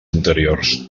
anteriors